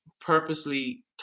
purposely